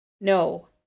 No